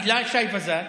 הילה שי וזאן: